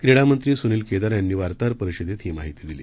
क्रीडा मंत्री सुनिल केदार यांनी वार्ताहर परिषदेत ही माहिती दिली